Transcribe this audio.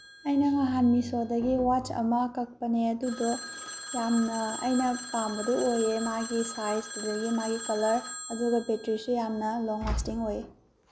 ꯑꯩꯅ ꯅꯍꯥꯟ ꯃꯤꯁꯣꯗꯒꯤ ꯋꯥꯠꯆ ꯑꯃ ꯀꯛꯄꯅꯦ ꯑꯗꯨꯗꯣ ꯌꯥꯝꯅ ꯑꯩꯅ ꯄꯥꯝꯕꯗꯨ ꯑꯣꯏꯌꯦ ꯃꯥꯒꯤ ꯁꯥꯏꯖ ꯑꯗꯨꯗꯒꯤ ꯃꯥꯒꯤ ꯀꯂꯔ ꯑꯗꯨꯒ ꯕꯦꯇ꯭ꯔꯤꯁꯨ ꯌꯥꯝꯅ ꯂꯣꯡ ꯂꯥꯁꯇꯤꯡ ꯑꯣꯏꯌꯦ